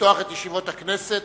לפתוח את ישיבת הכנסת,